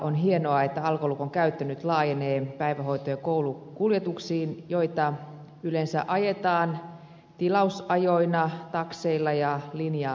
on hienoa että alkolukon käyttö nyt laajenee päivähoito ja koulukuljetuksiin joita yleensä ajetaan tilausajoina takseilla ja linja autoilla